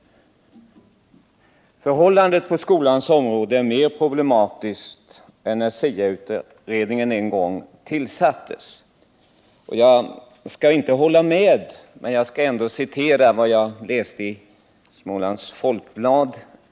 Förhållandet på skolans område är mer problematiskt än när SIA utredningen en gång tillsattes. Jag skall inte instämma i det, men jag skall ändå citera vad jag i fredags läste i Smålands Folkblad.